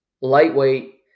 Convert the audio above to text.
Lightweight